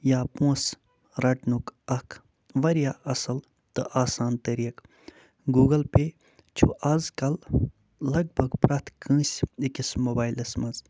یا پونٛسہٕ رَٹنُک اَکھ واریاہ اَصٕل تہٕ آسان طریٖقہٕ گوٗگٕل پے چھُ آز کَل لَگ بَگ پرٛٮ۪تھ کٲنٛسہِ أکِس موبایِلَس منٛز